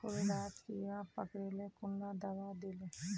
फुल डात कीड़ा पकरिले कुंडा दाबा दीले?